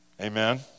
Amen